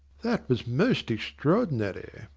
that was most extraordinary.